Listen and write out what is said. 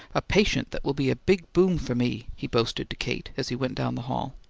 a patient that will be a big boom for me, he boasted to kate as he went down the hall.